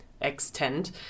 extent